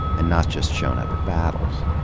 and not just shown up at battles.